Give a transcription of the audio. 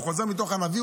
הוא חוזר מתוך הנביא,